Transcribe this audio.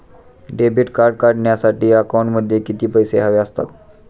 Debit card काढण्यासाठी अकाउंटमध्ये किती पैसे हवे असतात?